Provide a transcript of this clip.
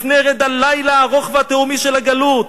לפני רדת הלילה הארוך והתהומי של הגלות,